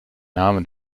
name